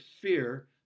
fear